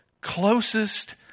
closest